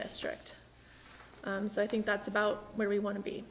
district so i think that's about where we want to be